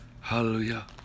Hallelujah